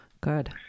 Good